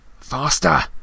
Faster